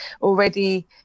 already